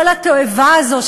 כל התועבה הזאת,